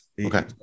Okay